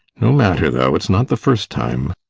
no matter, though, it is not the first time.